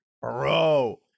Bro